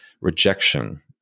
rejection